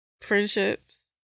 friendships